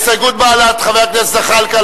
הסתייגות בל"ד, חבר הכנסת זחאלקה.